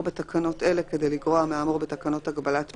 בתקנות אלה כדי לגרוע מהאמור בתקנות הגבלת פעילות,